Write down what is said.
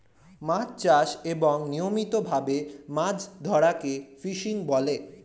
মাছ চাষ এবং নিয়মিত ভাবে মাছ ধরাকে ফিশিং বলে